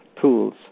tools